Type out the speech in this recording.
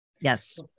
yes